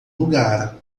lugar